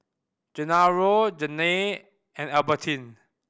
Genaro Janay and Albertine